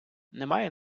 немає